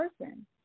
person